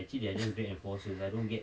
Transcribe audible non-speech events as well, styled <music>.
<laughs>